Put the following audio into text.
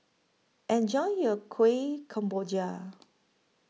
Enjoy your Kuih Kemboja